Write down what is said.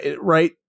Right